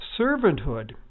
servanthood